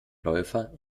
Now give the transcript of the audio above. läufer